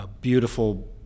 beautiful